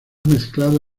mezclado